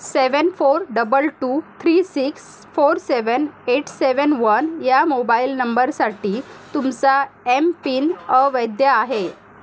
seven four double two three six four seven eight seven one या mobile नंबरसाठी तुमचा MPIN अवैध आहे